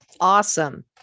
awesome